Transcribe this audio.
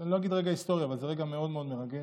אני לא אגיד רגע היסטורי, רגע מאוד מאוד מרגש,